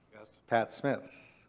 yes. pat smith.